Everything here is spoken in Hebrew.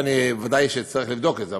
ואני ודאי שאצטרך לבדוק את זה,